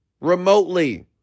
remotely